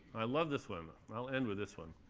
i love this one. one. i'll end with this one,